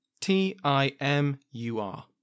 T-I-M-U-R